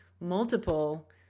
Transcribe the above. multiple